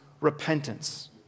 Repentance